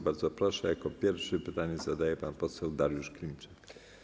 Bardzo proszę, jako pierwszy pytanie będzie zadawał pan poseł Dariusz Klimczak.